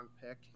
pick